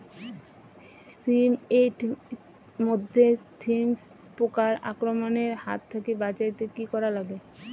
শিম এট মধ্যে থ্রিপ্স পোকার আক্রমণের হাত থাকি বাঁচাইতে কি করা লাগে?